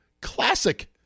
classic